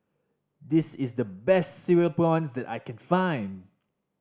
this is the best Cereal Prawns that I can find